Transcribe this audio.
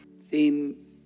theme